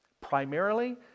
primarily